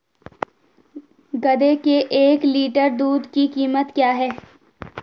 गधे के एक लीटर दूध की कीमत क्या है?